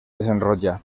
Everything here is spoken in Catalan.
desenrotlla